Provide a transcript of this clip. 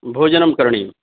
भोजनं करणीयम्